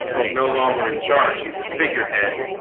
is no longer in charge he's a figurehead